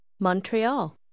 Montreal